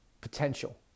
potential